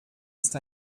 ist